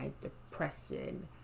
depression